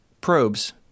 probes